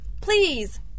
please